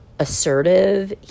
Assertive